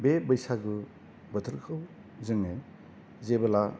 बे बैसागु बोथोरखौ जोङो जेबोला